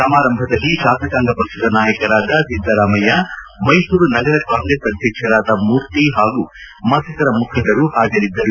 ಸಮಾರಂಭದಲ್ಲಿ ಶಾಸಕಾಂಗ ಪಕ್ಷದ ನಾಯಕರಾದ ಸಿದ್ದರಾಮಯ್ಯ ಮೈಸೂರು ನಗರ ಕಾಂಗ್ರೆಸ್ ಅಧ್ಯಕ್ಷರಾದ ಮೂರ್ತಿ ಹಾಗೂ ಮತ್ತಿತರ ಮುಖಂಡರು ಹಾಜರಿದ್ದರು